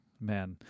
Man